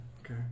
okay